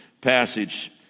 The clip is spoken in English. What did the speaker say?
passage